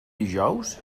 dijous